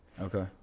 Okay